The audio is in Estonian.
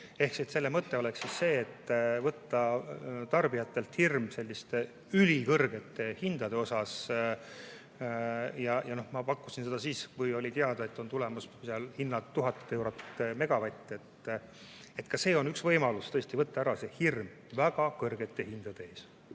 Selle mõte oleks see, et võtta tarbijatelt hirm selliste ülikõrgete hindade ees. Ma pakkusin seda siis, kui oli teada, et on tulemas sellised hinnad nagu 1000 eurot megavati kohta. Ka see on üks võimalus tõesti: võtta ära hirm väga kõrgete hindade ees.